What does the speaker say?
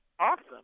Awesome